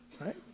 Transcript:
right